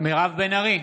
מירב בן ארי,